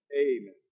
amen